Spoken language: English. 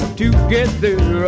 together